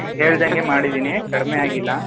ನೀವು ಹೇಳಿದಂಗೆ ಮಾಡಿದ್ದೀನಿ ಕಡಿಮೆ ಆಗಿಲ್ಲ